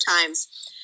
times